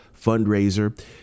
fundraiser